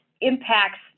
impacts